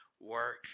work